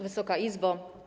Wysoka Izbo!